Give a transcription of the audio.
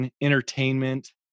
entertainment